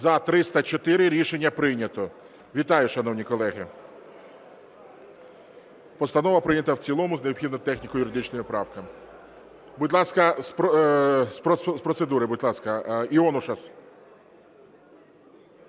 За-304 Рішення прийнято. Вітаю, шановні колеги. Постанова прийнята в цілому з необхідними техніко-юридичними правками. З процедури, будь ласка, Іонушас.